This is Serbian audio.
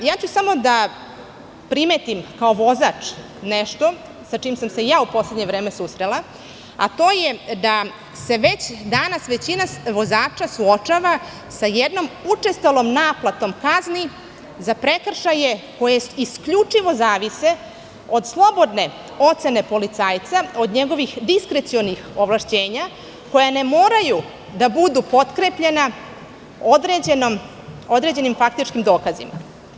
Samo ću da primetim kao vozač nešto sa čime sam se u poslednje vreme susrela, a to je da se već danas većina vozača suočava sa jednom učestalom naplatom kazni za prekršaje koje isključivo zavise od slobodne ocene policajca, od njegovih diskrecionih ovlašćenja koja ne moraju da budu potkrepljena određenim faktičkim dokazima.